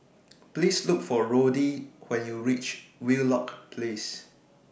Please Look For Roddy when YOU REACH Wheelock Place